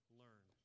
learn